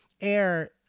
air